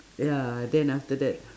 ya then after that